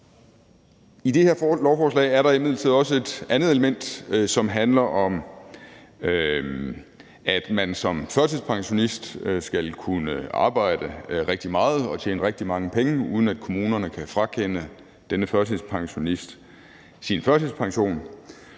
I det her lovforslag er der imidlertid også et andet element, som handler om, at man som førtidspensionist skal kunne arbejde rigtig meget og tjene rigtig mange penge, uden at kommunerne kan frakende denne førtidspensionist sin førtidspension.